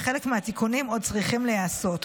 וחלק מהתיקונים עוד צריכים להיעשות.